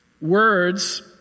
Words